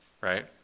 Right